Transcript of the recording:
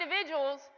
individuals